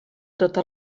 tota